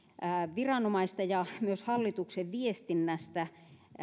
viranomaisten ja myös hallituksen viestinnästä